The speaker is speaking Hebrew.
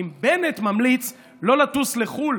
אם בנט ממליץ לא לטוס לחו"ל